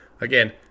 again